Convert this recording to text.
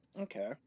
Okay